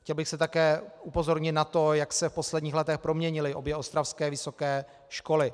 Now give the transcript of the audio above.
Chtěl bych také upozornit na to, jak se v posledních letech proměnily obě ostravské vysoké školy.